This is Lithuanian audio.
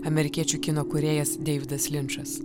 amerikiečių kino kūrėjas deividas linčas